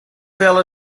fell